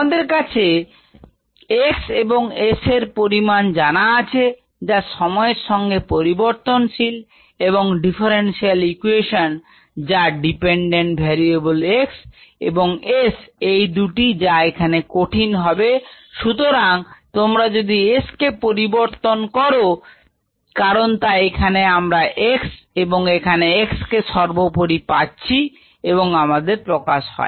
আমাদের কাছে x এবং s এর পরিমাণ জানা আছে যা সময়ের সঙ্গে পরিবর্তনশীল এবং ডিফারেন্সিয়াল ইকুয়েশন যা ডিপেন্ডেন্ট ভেরিয়েবল x এবং s এই দুটি যা এখানে কঠিন হবে সুতরাং তোমরা যদি s কে পরিবর্তন করো কারণ তা এখানে আমরা x এবং এখানে x কে সর্বোপরি পাচ্ছি এবং আমাদের প্রকাশ হয়